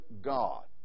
God